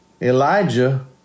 Elijah